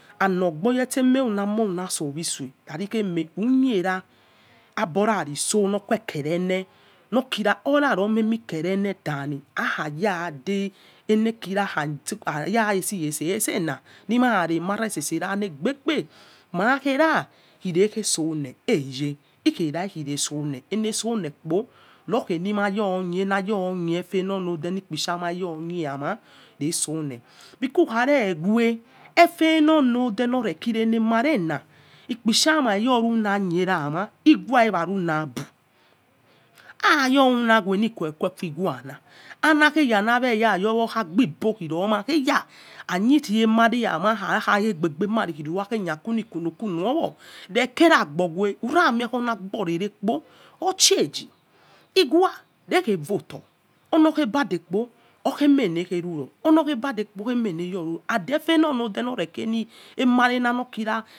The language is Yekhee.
Aigbo kpo elobo ememia na soisue khair eme ukhura auboraci sol nokira ora omie kerale akhayade elekira are iseyesel yesena, nare mare selse legbe gbe mai khora khike gesole eghe ikhira lesole elesol ekpo nokheh mayo khe efe lonode luilkpishamai yokhe ama lesole because ukha reghue egheghe nolode lori kia ene mare la ikpishaima airoruna khe ama ughuana, auaghe yola kha aibi-ibo nina gheya aikheri-amer yama akhe mare la'khe our quli- quolo quolo yowo. rekie agboghue, ura me wiagbokpo orchangh ughua ekhe voto orhoghe vade kpo okhe eme na leghe ruro or loghe bade kpo okhe me la loghe ruro egheghe lonode no kira